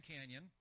Canyon